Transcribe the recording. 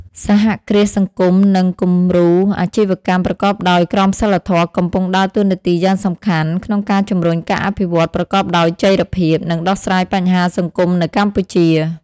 សហគ្រាសសង្គមនិង គំរូអាជីវកម្មប្រកបដោយក្រមសីលធម៌កំពុងដើរតួនាទីយ៉ាងសំខាន់ក្នុងការជំរុញការអភិវឌ្ឍប្រកបដោយចីរភាព និងដោះស្រាយបញ្ហាសង្គមនៅកម្ពុជា ។